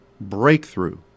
breakthrough